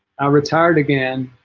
retired again